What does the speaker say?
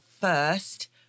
first